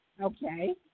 Okay